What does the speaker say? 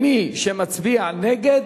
מי שמצביע נגד,